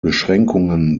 beschränkungen